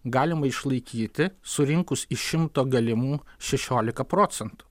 galima išlaikyti surinkus iš šimto galimų šešiolika procentų